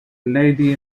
lady